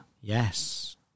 Yes